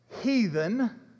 heathen